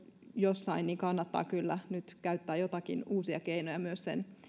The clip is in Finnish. jossain kannattaa kyllä nyt käyttää joitakin uusia keinoja myös sen